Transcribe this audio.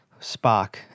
Spock